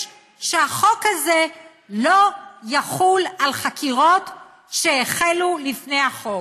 שהחוק הזה לא יחול על חקירות שהחלו לפני החוק.